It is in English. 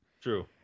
True